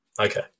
Okay